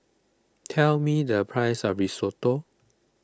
tell me the price of Risotto